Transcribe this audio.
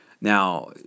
Now